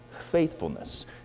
faithfulness